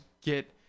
get